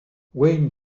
wayne